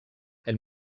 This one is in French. elle